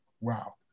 wow